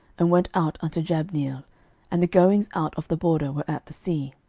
and went out unto jabneel and the goings out of the border were at the sea.